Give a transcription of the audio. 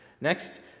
Next